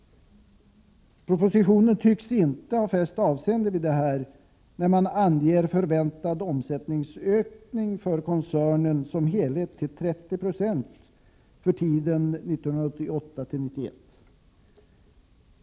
Propositionen tycks inte ha fäst avseende vid detta när man anger förväntad omsättningsökning för koncernen som helhet till 30 96 för tiden 1988-1991.